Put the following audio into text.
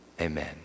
Amen